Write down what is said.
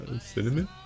cinnamon